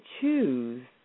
choose